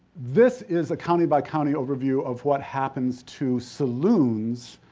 this is a county by county overview of what happens to saloons